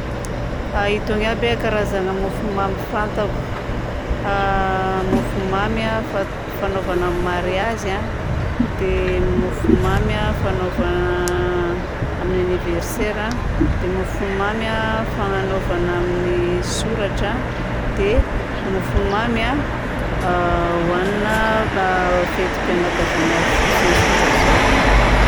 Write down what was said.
Itony aby a karazagna mofomamy fantako: a mofomamy a fa- fanaovana amin'ny mariazy a, dia mofomamy fanaovana amin'ny anniversaire a, dia mofomamy a fanaovana amin'ny soratra, dia mofomamy a hohanigna raha fetim-pianakaviagna fotsiny tsotra izao.